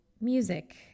music